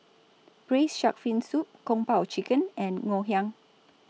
Braised Shark Fin Soup Kung Po Chicken and Ngoh Hiang